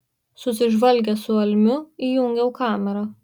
susižvalgęs su almiu įjungiau kamerą